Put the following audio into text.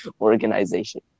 organization